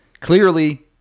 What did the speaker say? clearly